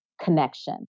connection